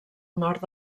nord